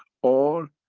or,